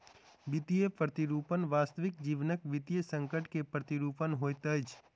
वित्तीय प्रतिरूपण वास्तविक जीवनक वित्तीय संकट के प्रतिरूपण होइत अछि